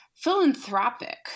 philanthropic